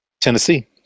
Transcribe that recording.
Tennessee